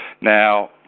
Now